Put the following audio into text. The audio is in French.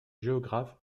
géographe